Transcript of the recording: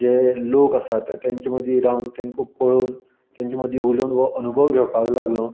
जे लोक आसात तेंच्या मदीं रावन तेंकां पळोवन तेंच्या मदीं उलोवन हो अनुभव घेवपाक लागलों